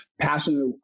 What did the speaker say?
passionate